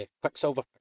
quicksilver